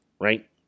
right